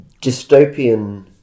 dystopian